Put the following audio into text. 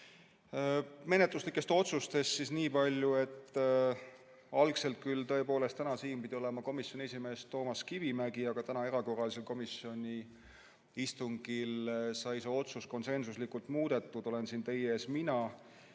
Menetluslikest otsustest nii palju, et algselt küll tõepoolest täna siin pidi olema komisjoni esimees Toomas Kivimägi, aga tänasel erakorralisel komisjoni istungil sai see otsus konsensuslikult muudetud ja nüüd olen siin teie ees mina.